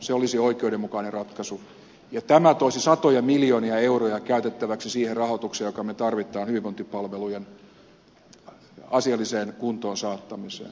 se olisi oikeudenmukainen ratkaisu ja tämä toisi satoja miljoonia euroja käytettäväksi siihen rahoitukseen jonka me tarvitsemme hyvinvointipalvelujen asialliseen kuntoonsaattamiseen